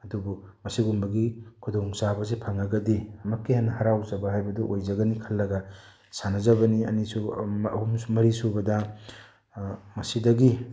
ꯑꯗꯨꯕꯨ ꯃꯁꯤꯒꯨꯝꯕꯒꯤ ꯈꯨꯗꯣꯡꯆꯥꯕꯁꯤ ꯐꯪꯉꯒꯗꯤ ꯑꯃꯨꯛꯀ ꯍꯦꯟꯅ ꯍꯔꯥꯎꯖꯕ ꯍꯥꯏꯕꯗꯨ ꯑꯣꯏꯖꯒꯅꯤ ꯈꯜꯂꯒ ꯁꯥꯟꯅꯖꯕꯅꯤ ꯑꯅꯤꯁꯨꯕ ꯑꯍꯨꯝ ꯃꯔꯤꯁꯨꯕꯗ ꯃꯁꯤꯗꯒꯤ